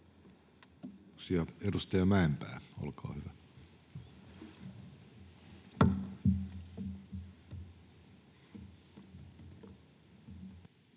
Edustaja Mäenpää, olkaa hyvä.